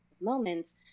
moments